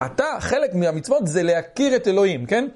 אתה חלק מהמצוות זה להכיר את אלוהים, כן?